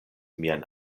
mian